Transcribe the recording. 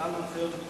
בגלל נושא הביטחון.